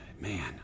Man